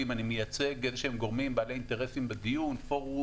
גם שם אנחנו מתקדמים לכיוון מציאת פתרון,